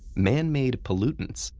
manmade pollutants,